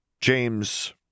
James